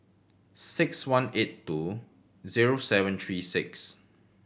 six one eight two zero seven three six